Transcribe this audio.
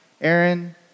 Aaron